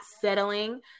settling